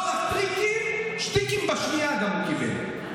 לא רק טריקים, שטיקים בשנייה הוא גם קיבל.